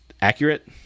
accurate